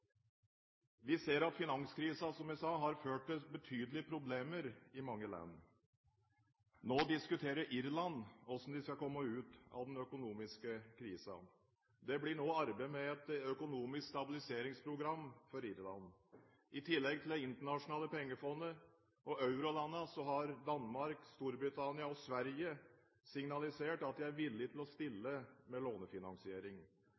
Vi ser at finanskrisen, som jeg sa, har ført til betydelige problemer i mange land. Nå diskuterer Irland hvordan de skal komme ut av den økonomiske krisen. Det blir nå arbeidet med et økonomisk stabiliseringsprogram for Irland. I tillegg til Det internasjonale pengefondet og eurolandene har Danmark, Storbritannia og Sverige signalisert at de er villige til å